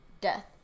death